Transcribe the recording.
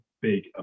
big